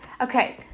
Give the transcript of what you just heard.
okay